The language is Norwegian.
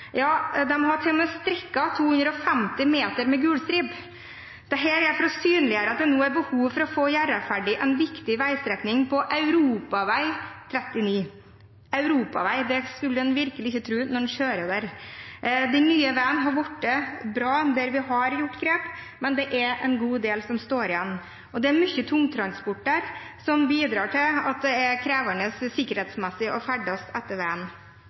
Ja, de har til og med strikket 250 meter med gulstripe. Det er for å synliggjøre at det nå er behov for å få gjort ferdig en viktig veistrekning på Europavei 39. Europavei – det skulle en virkelig ikke tro når man kjører der. Den nye veien er blitt bra der vi har tatt grep, men det er en god del som står igjen. Det er mye tungtransport der som bidrar til at det er krevende sikkerhetsmessig å ferdes etter